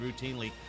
routinely